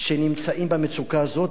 שנמצאים במצוקה הזאת,